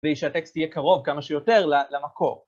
ושהטקסט יהיה קרוב כמה שיותר למקור.